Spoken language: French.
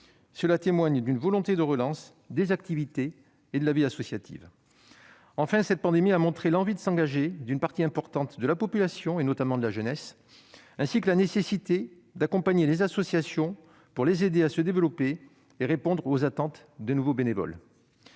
Cela témoigne d'une volonté de relance des activités et de la vie associative. Enfin, cette pandémie a montré l'envie de s'engager d'une partie importante de la population, notamment de la jeunesse, ainsi que la nécessité d'accompagner les associations, pour les aider à se développer et répondre aux attentes des nouveaux bénévoles.